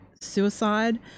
suicide